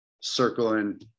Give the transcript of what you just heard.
circling